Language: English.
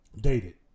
dated